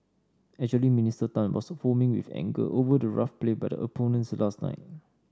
actually Minister Tan was foaming with anger over the rough play by the opponents last night